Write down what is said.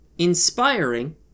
Inspiring